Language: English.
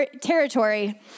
territory